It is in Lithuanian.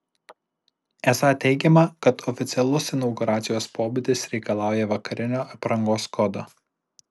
esą teigiama kad oficialus inauguracijos pobūdis reikalauja vakarinio aprangos kodo